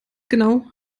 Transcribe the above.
genau